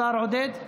השר עודד?